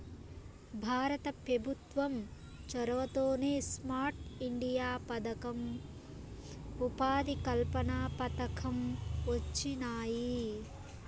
భారత పెభుత్వం చొరవతోనే స్మార్ట్ ఇండియా పదకం, ఉపాధి కల్పన పథకం వొచ్చినాయి